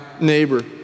neighbor